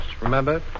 Remember